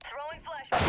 roe white